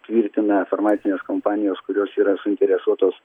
tvirtina farmacijos kompanijos kurios yra suinteresuotos